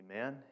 Amen